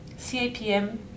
CAPM